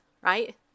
right